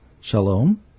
shalom